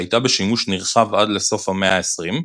שהייתה בשימוש נרחב עד לסוף המאה ה-20,